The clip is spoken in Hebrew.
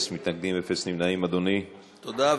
הצעת